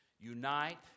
unite